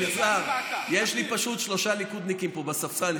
אלעזר, יש לי פשוט שלושה ליכודניקים פה בספסל.